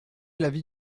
l’avis